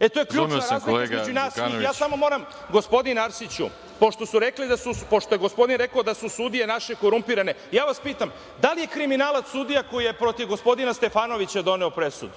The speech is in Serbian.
Đukanoviću. **Vladimir Đukanović** Gospodine Arsiću, pošto je gospodin rekao da su sudije naše korumpirane, ja vas pitam da li je kriminalac sudija koji je protiv gospodina Stefanovića doneo presudu?